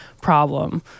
problem